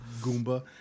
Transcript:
Goomba